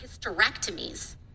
hysterectomies